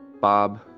bob